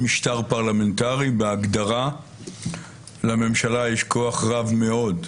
פרלמנטרי בהגדרה לממשלה יש כוח רב מאוד.